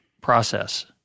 process